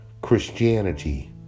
Christianity